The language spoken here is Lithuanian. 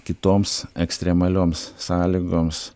kitoms ekstremalioms sąlygoms